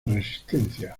resistencia